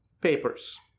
papers